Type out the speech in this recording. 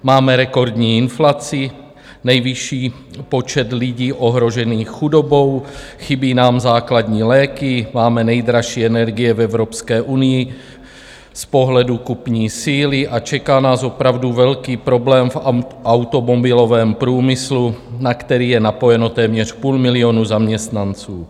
Máme rekordní inflaci, nejvyšší počet lidí ohrožených chudobou, chybí nám základní léky, máme nejdražší energie v Evropské unii z pohledu kupní síly a čeká nás opravdu velký problém v automobilovém průmyslu, na který je napojeno téměř půl milionu zaměstnanců.